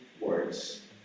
words